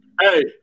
hey